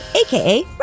aka